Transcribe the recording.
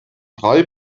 drei